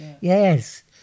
yes